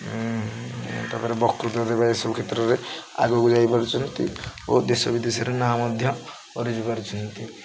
ତାପରେ ବକୃତ ଦେବା ଏସବୁ କ୍ଷେତ୍ରରେ ଆଗକୁ ଯାଇପାରୁଛନ୍ତି ଓ ଦେଶ ବିଦେଶରେ ନାଁ ମଧ୍ୟ ଅରଜି ପାରୁଛନ୍ତି